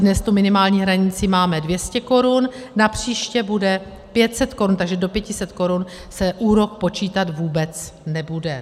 Dnes tu minimální hranici máme 200 korun, napříště bude 500 korun, takže do 500 korun se úrok počítat vůbec nebude.